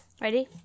Ready